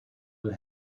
will